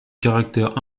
caractère